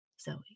Zoe